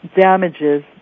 damages